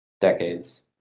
decades